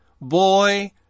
boy